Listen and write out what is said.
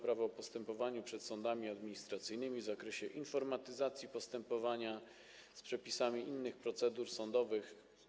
Prawo o postępowaniu przed sądami administracyjnymi w zakresie informatyzacji postępowania z przepisami dotyczącymi innych procedur sądowych.